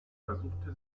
versuchte